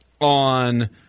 on